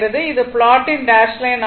இது ப்லாட்டில் dash line ஆகும்